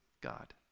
God